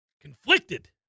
conflicted